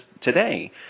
today